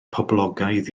poblogaidd